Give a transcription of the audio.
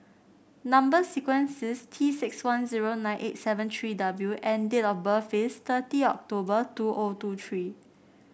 number sequence is T six one zero nine eight seven three W and date of birth is thirty October two O two three